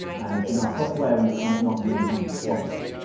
and in our software we've kind of not really handled them properly.